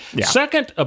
Second